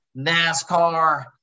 NASCAR